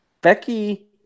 Becky